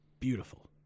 Beautiful